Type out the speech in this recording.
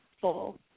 Full